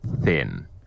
thin